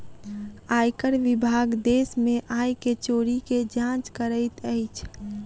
आयकर विभाग देश में आय के चोरी के जांच करैत अछि